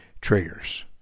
triggers